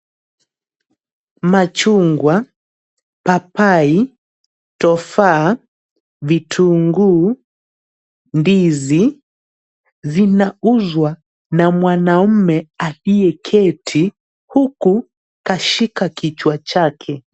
Machungwa, papai, tofaa, vitunguu, ndizi zinauzwa na mwanaume aliyeketi, huku kashika kichwa chake.